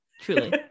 Truly